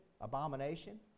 abomination